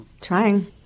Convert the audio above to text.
trying